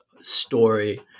story